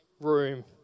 room